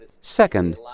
Second